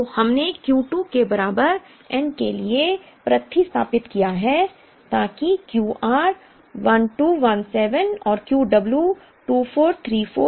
तो हमने Q 2 के बराबर n के लिए प्रतिस्थापित किया है ताकि Q r 1217 और Q w 243432 हो